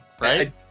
right